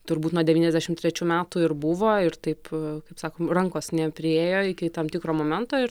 turbūt nuo devyniasdešim trečių metų ir buvo ir taip kaip sakom rankos nepriėjo iki tam tikro momento ir